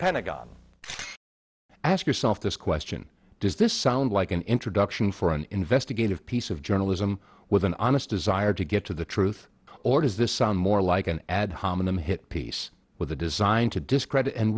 pentagon as yourself this question does this sound like an introduction for an investigative piece of journalism with an honest desire to get to the truth or does this sound more like an ad hominum hit piece with a design to discredit and